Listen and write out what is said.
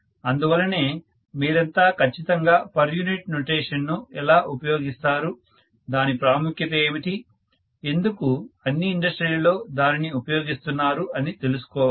అందువల్లనే మీరంతా ఖచ్చితంగా పర్ యూనిట్ నొటేషన్ ను ఎలా ఉపయోగిస్తారు దాని ప్రాముఖ్యత ఏమిటి ఎందుకు అన్ని ఇండస్ట్రీలలో దానిని ఉపయోగిస్తున్నారు అని తెలుసుకోవాలి